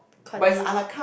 continue